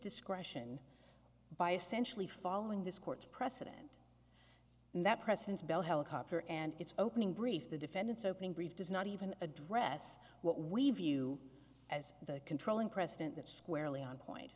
discretion by essentially following this court precedent and that presents bell helicopter and its opening brief the defendant's opening brief does not even address what we view as the controlling precedent that squarely on point